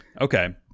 Okay